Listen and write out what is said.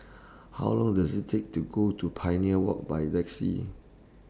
How Long Does IT Take to Go to Pioneer Walk By Taxi